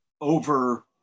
over